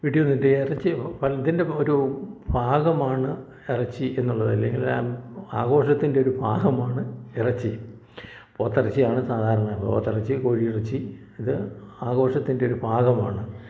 വീട്ടിൽ വന്നിട്ട് ഇറച്ചി പലതിൻ്റെ ഒരു ഭാഗമാണ് ഇറച്ചി എന്നുള്ള നിലയില് ആഘോഷത്തിൻ്റെ ഒരു ഭാഗമാണ് ഇറച്ചി പോത്തിറച്ചി ആണ് സാധാരണ പോത്തിറച്ചി കോഴി ഇറച്ചി ഇത് ആഘോഷത്തിൻ്റെ ഒരു ഭാഗമാണ്